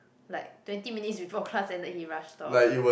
like twenty minutes before class ended he rushed off